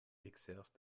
exerce